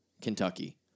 Kentucky